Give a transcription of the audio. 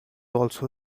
also